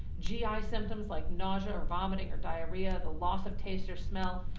gi ah symptoms like nausea or vomiting or diarrhea, the loss of taste or smell.